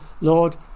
Lord